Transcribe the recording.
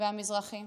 והמזרחים